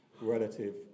relative